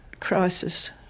crisis